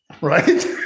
right